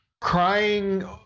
Crying